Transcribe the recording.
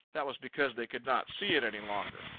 that was because they could not see it any longer.